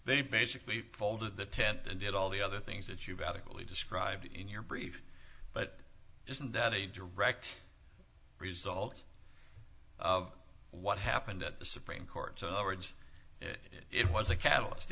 they basically folded the tent and did all the other things that you've adequately described in your brief but isn't that a direct result of what happened at the supreme court on the words it was a catalyst